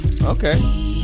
okay